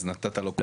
אז נתת לו קודם.